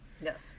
Yes